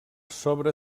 sobre